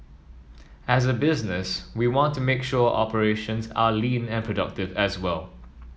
as a business we want to make sure our operations are lean and productive as well